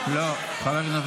חבר הכנסת